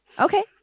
Okay